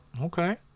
Okay